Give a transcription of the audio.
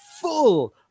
full